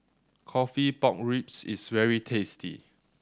coffee pork ribs is very tasty